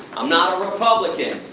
i'm not a republican,